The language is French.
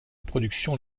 production